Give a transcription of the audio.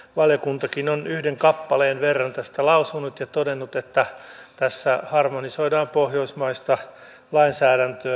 valiokuntakin on yhden kappaleen verran tästä lausunut ja todennut että tässä harmonisoidaan pohjoismaista lainsäädäntöä yhteneväksi